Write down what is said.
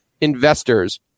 investors